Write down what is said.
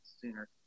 sooner